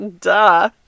duh